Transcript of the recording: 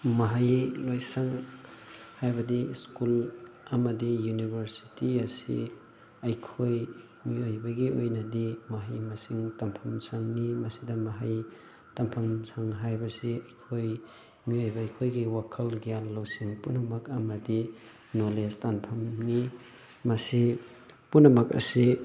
ꯃꯍꯩ ꯂꯣꯏꯁꯪ ꯍꯥꯏꯕꯗꯤ ꯁ꯭ꯀꯨꯜ ꯑꯃꯗꯤ ꯌꯨꯅꯤꯕꯔꯁꯤꯇꯤ ꯑꯁꯤ ꯑꯩꯈꯣꯏ ꯃꯤꯑꯣꯏꯕꯒꯤ ꯑꯣꯏꯅꯗꯤ ꯃꯍꯩ ꯃꯁꯤꯡ ꯇꯝꯐꯝ ꯁꯪꯅꯤ ꯃꯁꯤꯗ ꯃꯍꯩ ꯇꯝꯐꯝ ꯁꯪ ꯍꯥꯏꯕꯁꯤ ꯑꯩꯈꯣꯏ ꯃꯤꯑꯣꯏꯕ ꯑꯩꯈꯣꯏꯒꯤ ꯋꯥꯈꯜ ꯒ꯭ꯌꯥꯟ ꯂꯧꯁꯤꯡ ꯄꯨꯝꯅꯃꯛ ꯑꯃꯗꯤ ꯅꯣꯂꯦꯖ ꯇꯥꯟꯐꯝꯅꯤ ꯃꯁꯤ ꯄꯨꯝꯅꯃꯛ ꯑꯁꯤ